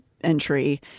entry